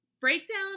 breakdown